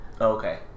okay